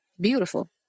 beautiful